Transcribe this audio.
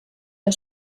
der